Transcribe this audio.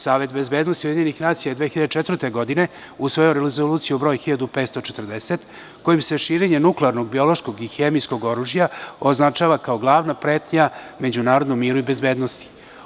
Savet bezbednosti UN je 2004. godine usvojio Rezoluciju broj 1540 kojom se širenje nuklearnog, biološkog i hemijskog oružja označava kao glavna pretnja međunarodnom miru i bezbednosti.